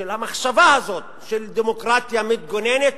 של המחשבה הזאת של דמוקרטיה מתגוננת,